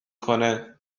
کنه